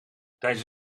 tijdens